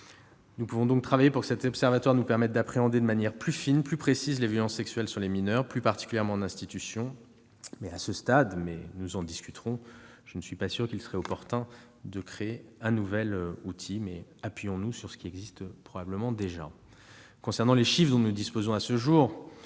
Nous pouvons donc travailler pour que cet observatoire nous permette d'appréhender de manière plus fine, plus précise, les violences sexuelles sur les mineurs, plus particulièrement dans les institutions, mais, à ce stade, et nous en rediscuterons, je ne suis pas sûr qu'il soit opportun de créer un nouvel outil. Appuyons-nous sur ce qui existe déjà. Concernant les chiffres dont nous disposons à ce jour,